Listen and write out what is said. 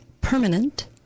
permanent